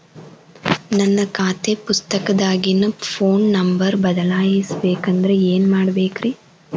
ನನ್ನ ಖಾತೆ ಪುಸ್ತಕದಾಗಿನ ಫೋನ್ ನಂಬರ್ ಬದಲಾಯಿಸ ಬೇಕಂದ್ರ ಏನ್ ಮಾಡ ಬೇಕ್ರಿ?